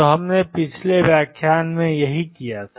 तो हमने पिछले व्याख्यान में यही किया था